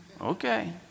okay